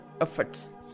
efforts